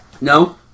No